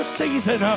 season